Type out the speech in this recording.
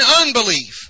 unbelief